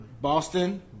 Boston